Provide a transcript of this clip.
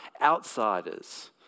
outsiders